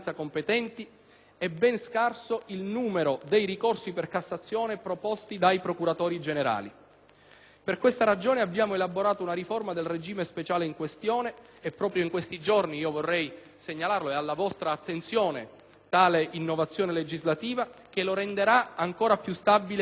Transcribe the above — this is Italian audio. è ben scarso il numero dei ricorsi per Cassazione proposti dai procuratori generali. Per questa ragione abbiamo elaborato una riforma del regime speciale in questione (proprio in questi giorni - vorrei segnalarlo - è alla vostra attenzione tale innovazione legislativa) che lo renderà ancor più stabile ed efficace.